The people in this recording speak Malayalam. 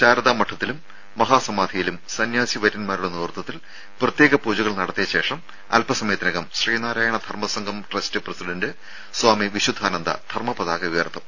ശാരദാ മഠത്തിലും മഹാ സമാധിയിലും സന്ന്യാസി വര്യന്മാരുടെ നേതൃത്വത്തിൽ പ്രത്യേക പൂജകൾ നടത്തിയശേഷം അല്പസമയത്തിനകം ശ്രീനാരായണ ധർമ്മസംഘം ട്രസ്റ്റ് പ്രസിഡന്റ് സ്വാമി വിശുദ്ധാനന്ദ ധർമ്മപതാക ഉയർത്തും